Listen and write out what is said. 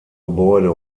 gebäude